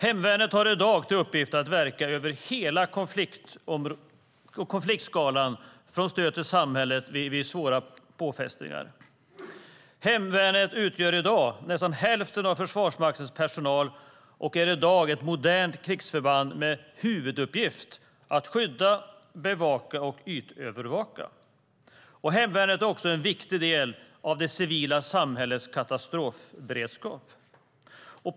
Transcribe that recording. Hemvärnet har i dag till uppgift att verka över hela konfliktskalan, från stöd till samhället vid svåra påfrestningar. Hemvärnet utgör i dag nästan hälften av Försvarsmaktens personal och är ett modernt krigsförband med huvuduppgift att skydda, bevaka och ytövervaka. Hemvärnet är också en viktig del av det civila samhällets katastrofberedskap.